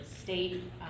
state